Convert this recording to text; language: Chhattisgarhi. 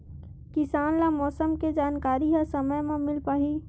किसान ल मौसम के जानकारी ह समय म मिल पाही?